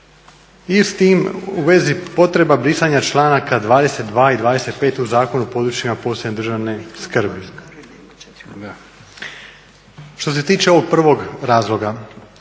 i s tim u vezi potreba brisanja članaka 22. i 25. u Zakonu o područjima posebne državne skrbi. Što se tiče ovog prvog razloga